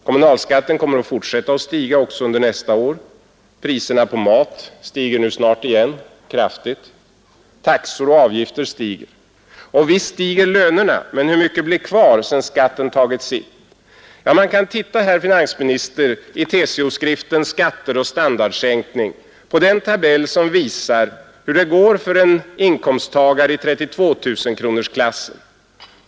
Kommunalskatten kommer att fortsätta att stiga också under nästa år. Priserna på mat stiger nu snart igen — kraftigt. Taxor och avgifter stiger. Och visst stiger också lönerna — men hur mycket blir kvar sedan skatten tagit sitt? Ja, man kan, herr finansminister, se i TCO-skriften, Skatter och standardsänkning på den tabell som visar hur det går för en inkomsttagate i 32 000-kronorsklassen.